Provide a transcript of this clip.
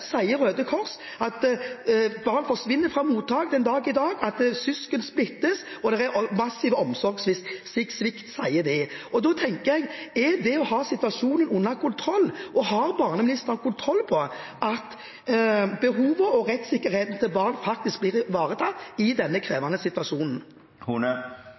sier Røde Kors, at barn forsvinner fra mottak den dag i dag, at søsken splittes. Og det er massiv omsorgssvikt, sier de. Da tenker jeg: Er det å ha situasjonen under kontroll? Har barneministeren kontroll over at behovet og rettssikkerheten til barn blir ivaretatt i denne krevende situasjonen?